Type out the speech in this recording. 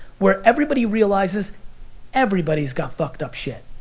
where everybody realizes everybody's got fucked up shit.